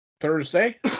Thursday